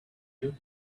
you